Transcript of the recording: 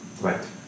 Right